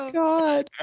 god